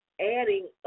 adding